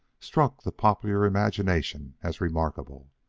struck the popular imagination as remarkable.